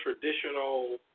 traditional